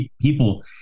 people